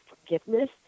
forgiveness